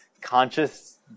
conscious